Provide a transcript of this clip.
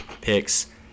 picks